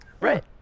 Right